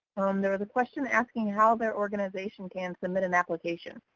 there was a question asking how their organization can submit an application.